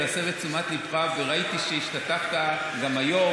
להסב את תשומת ליבך, וראיתי שהשתתפת גם היום,